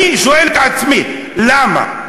אני שואל את עצמי: למה?